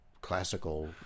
classical